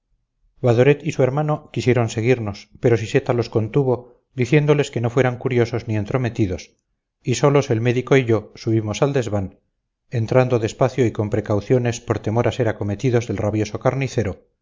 y su hermano quisieron seguirnos pero siseta los contuvo diciéndoles que no fueran curiosos ni entrometidos y solos el médico y yo subimos al desván entrando despacio y con precauciones por temor a ser acometidos del rabioso carnicero